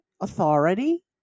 authority